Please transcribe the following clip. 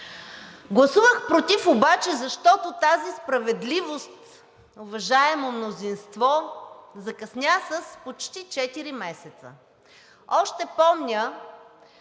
Гласувах против обаче, защото тази справедливост, уважаемо мнозинство, закъсня с почти четири месеца. Още помня